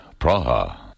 Praha